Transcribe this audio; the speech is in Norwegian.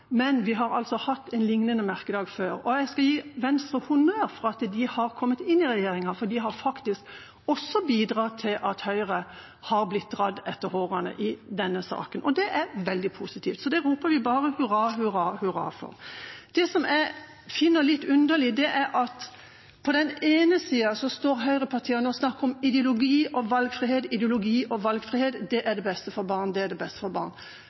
men vi har hatt en lignende merkedag før. Jeg vil gi Venstre honnør for at de har kommet inn i regjeringa, for det har faktisk bidratt til at Høyre har blitt dratt etter hårene i denne saken. Det er veldig positivt, så det roper vi bare hurra, hurra, hurra for. Det som jeg finner litt underlig, er at høyrepartiene på den ene siden står og snakker om ideologi og valgfrihet, og at valgfrihet er det beste for barn.